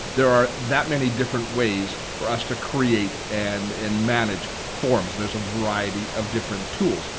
there are that many different ways for us to create and and manage forms. there's a variety of different tools.